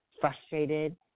frustrated